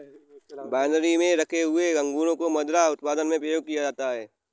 winery में रखे हुए अंगूरों को मदिरा उत्पादन में प्रयोग किया जाता है